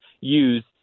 use